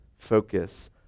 focus